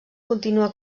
continua